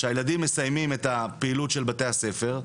כשהילדים מסיימים את הפעילות של בתי הספר,